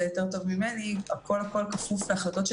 טוב ממני שהכול הכול כפוף להחלטות של